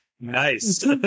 nice